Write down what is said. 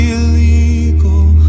Illegal